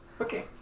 Okay